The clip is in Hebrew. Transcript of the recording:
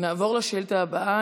נעבור לשאילתה הבאה.